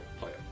player